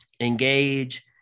engage